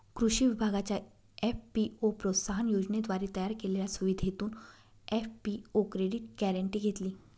कृषी विभागाच्या एफ.पी.ओ प्रोत्साहन योजनेद्वारे तयार केलेल्या सुविधेतून एफ.पी.ओ क्रेडिट गॅरेंटी घेतली